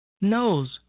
nose